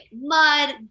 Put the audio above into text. mud